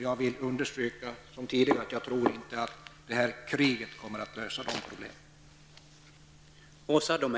Jag vill som tidigare understryka att jag inte tror att kriget kommer att lösa de problemen.